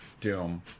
Doom